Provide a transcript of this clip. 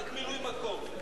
רק מילוי מקום.